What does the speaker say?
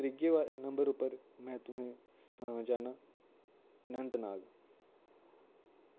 त्रिए नंबर उप्पर में तुसें सनाना चाह्नां अनंतनाग